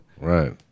Right